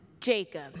Jacob